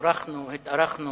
התארחנו